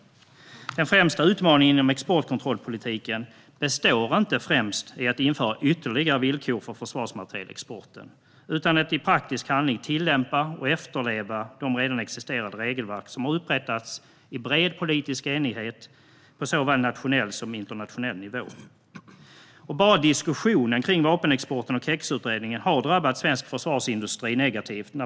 Den främsta utmaningen inom exportkontrollpolitiken består inte främst i att införa ytterligare villkor för försvarsmaterielexporten, utan att i praktisk handling tillämpa och efterleva de redan existerande regelverk som har upprättats i bred politisk enighet på såväl nationell som internationell nivå. Bara diskussionen kring vapenexporten och KEX-utredningen har drabbat svensk försvarsindustri negativt.